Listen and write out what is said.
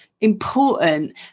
important